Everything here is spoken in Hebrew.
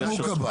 הנימוק הבא.